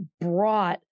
brought